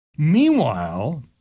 Meanwhile